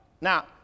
Now